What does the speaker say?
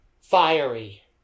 Fiery